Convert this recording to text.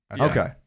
Okay